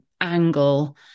angle